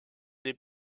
des